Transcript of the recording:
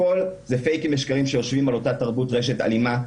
הכל זה "פייקים" ושקרים שיושבים על אותה תרבות רשת אלימה,